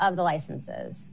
of the licenses